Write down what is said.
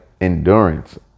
endurance